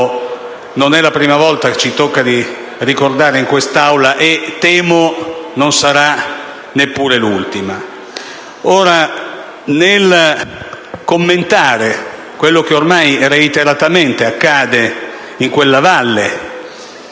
non è la prima volta che ci tocca ricordare in quest'Aula, e temo non sarà neppure l'ultima. Nel commentare quello che ormai reiteratamente accade in quella valle,